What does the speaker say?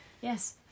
Yes